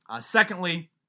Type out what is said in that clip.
Secondly